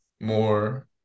more